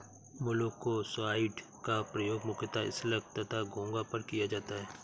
मोलॉक्साइड्स का प्रयोग मुख्यतः स्लग तथा घोंघा पर किया जाता है